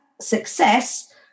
success